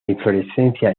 inflorescencia